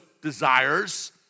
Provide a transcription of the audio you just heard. desires